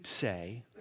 say